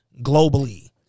globally